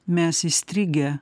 mes įstrigę